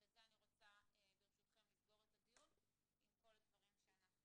ובזה אני רוצה ברשותכם לסגור את הדיון עם כל הדברים שביקשנו.